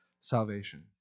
salvation